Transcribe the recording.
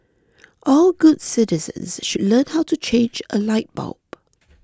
all good citizens should learn how to change a light bulb